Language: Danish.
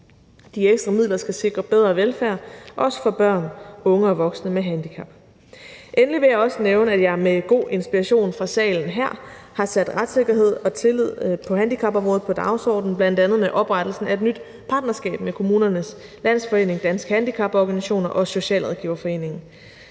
De ekstra midler skal sikre bedre velfærd, også for børn, unge og voksne med handicap. Endelig vil jeg også nævne, at jeg med god inspiration fra salen her har sat retssikkerhed og tillid på handicapområdet på dagsordenen, bl.a. med oprettelsen af et nyt partnerskab med Kommunernes Landsforening, Danske Handicaporganisationer og Socialrådgiverforeningen.